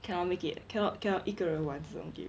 cannot make it cannot cannot 一个人玩这种 game